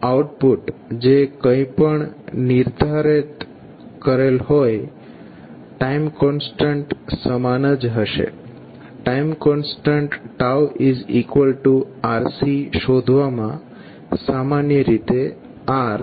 તો આઉટપુટ જે કઈ પણ નિર્ધારિત કરેલ હોય ટાઇમ કોન્સ્ટન્ટ સમાન જ હશે ટાઇમ કોન્સ્ટન્ટ RC શોધવામાં સામાન્ય રીતે R